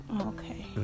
Okay